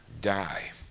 die